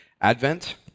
Advent